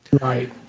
right